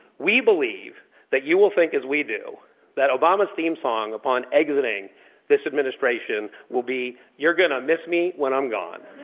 we believe that you will think as we do that obama's theme song upon exiting this administration will be you're going to miss me when i'm gone.